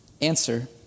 Answer